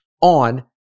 on